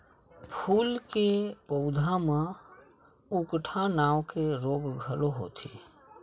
फूल के पउधा म उकठा नांव के रोग घलो होथे